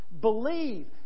believe